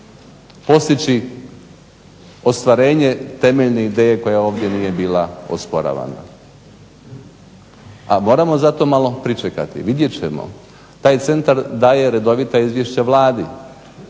postići ostvarenje temeljne ideje koja ovdje nije bila osporavana. A moramo zato malo pričekati, vidjet ćemo. Taj centar daje redovita izvješća Vladi.